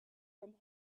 from